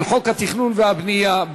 על חוק התכנון והבנייה,